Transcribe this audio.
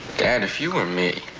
dad, if you were me,